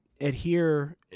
adhere